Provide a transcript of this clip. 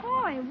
Boy